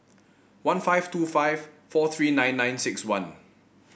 one five two five four three nine nine six one